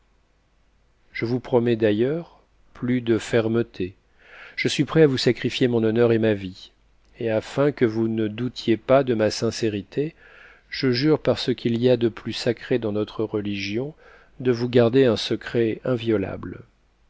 je vous promets d'ailleurs plus de fermeté je suis prêt à vous sacrifier mon honneur et ma vie et afin que vous ne doutiez pas de ma sincérité je jure par ce qu'il y a de plus sacré dans notre religion de vous garder un secret inviolable